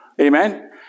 amen